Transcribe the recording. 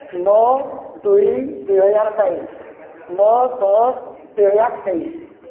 ନଅ ଦୁଇ ଦୁଇ ହଜାର ବାଇଶ ନଅ ଦଶ ଦୁଇ ହଜାର ତେଇଶ